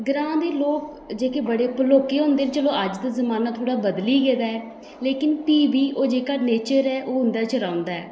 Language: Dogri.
ग्रांऽ दे लोक जेह्के बड़े भलोके होंदे चलो अज्ज दा जमाना थोह्ड़ा बदली गेदा ऐ लेकिन भी बी ओह् जेह्का नेचर ऐ ओह् उं'दे च रौंह्दा ऐ